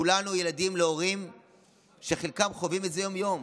כולנו ילדים של הורים שחלקם חווים את זה יום-יום.